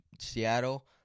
Seattle